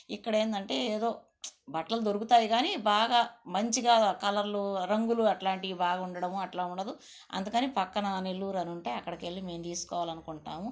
ఇక్కడ ఏందంటే ఏదో బట్టలు దొరుకుతాయి కాని బాగా మంచిగా కలర్లు రంగులు అట్లాంటివి బాగా ఉండడము అట్లా ఉండదు అందుకని పక్కన నెల్లూరు అని ఉంటే అక్కడికి వెళ్ళి మేము తీసుకోవాలి అనుకుంటున్నాం